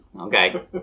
Okay